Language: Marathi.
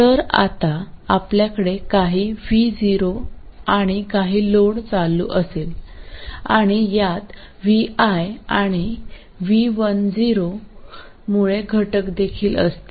तर आता आपल्याकडे काही vo आणि काही लोड चालू असेल आणि यात vi आणि v10 मुळे घटक देखील असतील